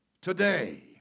today